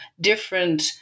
different